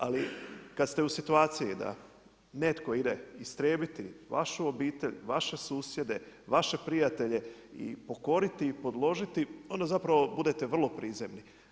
Ali, kad ste u situaciji da netko ide istrijebiti vašu obitelj, vaše susjede, vaše prijatelje i pokoriti i podložiti, onda zapravo budete vrlo prizemni.